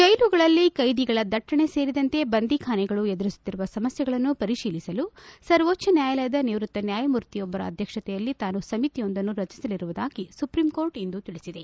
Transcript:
ಜೈಲುಗಳಲ್ಲಿ ಕೈದಿಗಳ ದಟ್ಟಣೆ ಸೇರಿದಂತೆ ಬಂಧಿಖಾನೆಗಳು ಎದುರಿಸುತ್ತಿರುವ ಸಮಸ್ಥೆಗಳನ್ನು ಪರಿತೀಲಿಸಲು ಸರ್ವೋಚ್ಚ ನ್ಯಾಯಾಲಯದ ನಿವೃತ್ತ ನ್ಯಾಯಮೂರ್ತಿಯೊಬ್ಬರ ಅಧ್ಯಕ್ಷತೆಯಲ್ಲಿ ತಾನು ಸಮಿತಿಯೊಂದನ್ನು ರಚಿಸಲಿರುವುದಾಗಿ ಸುಪ್ರೀಂ ಕೋರ್ಟ್ ಇಂದು ತಿಳಿಸಿದೆ